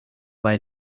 bei